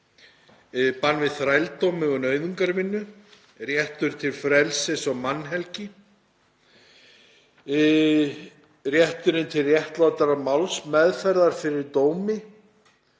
bann við þrældómi og nauðungarvinnu, réttur til frelsis og mannhelgi, rétturinn til réttlátrar málsmeðferðar fyrir dómi,